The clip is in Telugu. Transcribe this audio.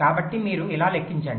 కాబట్టి మీరు ఇలా లెక్కించండి